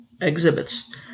exhibits